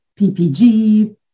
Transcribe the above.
PPG